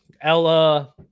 Ella